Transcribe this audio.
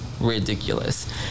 ridiculous